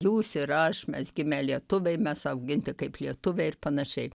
jūs ir aš mes gimę lietuviai mes auginti kaip lietuviai ir panašiai